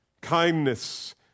Kindness